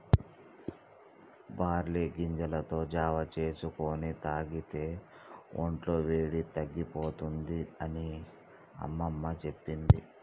barley గింజలతో జావా చేసుకొని తాగితే వొంట్ల వేడి తగ్గుతుంది అని అమ్మమ్మ చెప్పేది